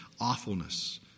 awfulness